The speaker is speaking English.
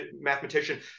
mathematician